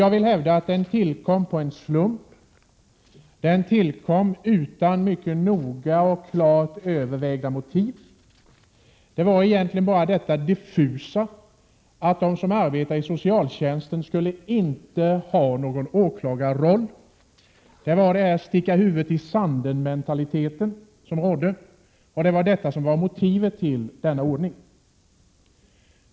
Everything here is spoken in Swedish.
Jag vill hävda att den tillkom av en slump utan mycket noggrant och klart övervägda motiv. Det var egentligen diffusa önskemål om att de som arbetar i socialtjänsten inte skulle ha någon åklagarroll som låg bakom. Det var sticka-huvudet-i-sanden-mentaliteten som rådde och som var motivet till att denna ordning infördes.